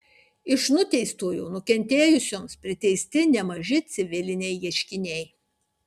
iš nuteistojo nukentėjusioms priteisti nemaži civiliniai ieškiniai